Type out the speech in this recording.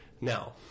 Now